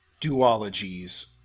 duologies